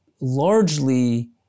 largely